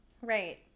right